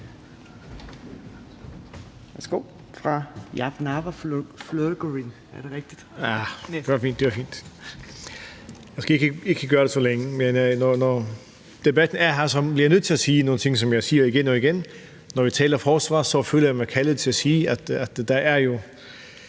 Værsgo. Kl. 17:59 (Ordfører) Sjúrður Skaale (JF): Jeg skal ikke gøre det så langt, men når debatten er her, bliver jeg nødt til at sige nogle ting, som jeg siger igen og igen. Når vi taler om forsvaret, føler jeg mig kaldet til at sige, at der jo